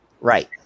Right